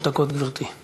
שלוש דקות, גברתי.